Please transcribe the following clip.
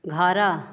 ଘର